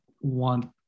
want